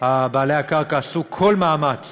בעלי הקרקע עשו כל מאמץ